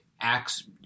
acts